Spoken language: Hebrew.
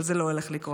אבל זה לא הולך לקרות.